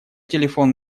телефон